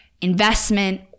investment